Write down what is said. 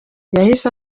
yahise